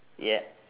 yup